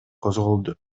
козголду